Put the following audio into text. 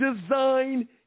design